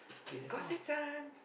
gossip time